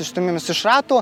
išstūmimas iš rato